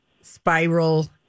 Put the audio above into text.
spiral